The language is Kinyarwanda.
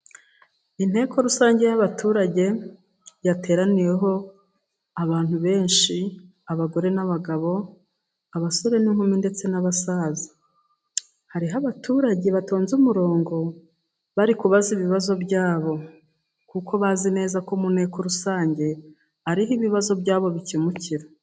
Inteko rusange y'abaturage, yateraniyeho abantu benshi, abagore n'abagabo, abasore n'inkumi, ndetse n'abasaza, hariho abaturage batonze umurongo, bari kubaza ibibazo byabo, kuko bazi neza ko mu nteko rusange, ariho ibibazo byabo bikemukira.